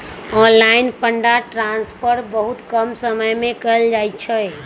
online fund transfer बहुते कम समय में कएल जाइ छइ